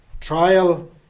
trial